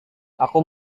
aku